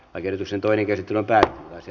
lakiehdotuksen toinen käsittely päättyi